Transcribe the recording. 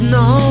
no